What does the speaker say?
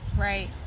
right